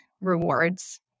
rewards